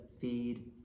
feed